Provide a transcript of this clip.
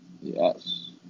Yes